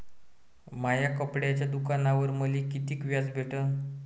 माया कपड्याच्या दुकानावर मले कितीक व्याज भेटन?